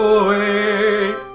away